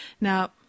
Now